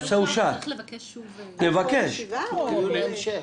הנושא אושר אבל צריך לבקש שוב אישור לקיום הישיבה.